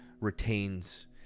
retains